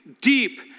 deep